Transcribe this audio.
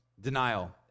denial